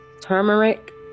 turmeric